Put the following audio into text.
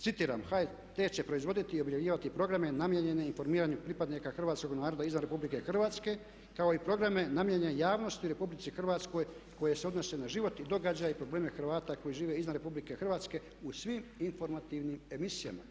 Citiram HRT će proizvoditi i objavljivati programe namijenjen informiranju pripadnika hrvatskog naroda izvan Republike Hrvatske kao i programe namijenjene javnosti u RH koje se odnose na život i događaje i probleme Hrvata koji žive izvan RH u svim informativnim emisijama.